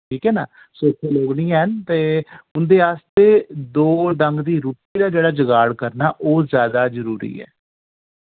ठीक ऐ ना सोखे लोक निं हैन ते उंदे आस्तै दो डंग दी रुट्टी दा जेह्ड़ा जगाड़ करना ओह् जैदा जरुरी ऐ